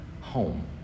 home